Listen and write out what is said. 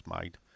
made